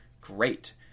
great